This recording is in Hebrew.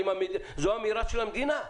זאת אמירה של המדינה,